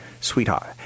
Sweetheart